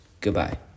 goodbye